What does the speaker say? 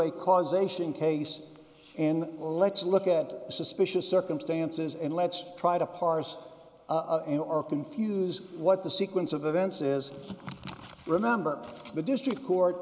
a causation case and let's look at suspicious circumstances and let's try to parse or confuse what the sequence of events is remember the district court